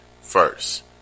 first